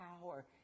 power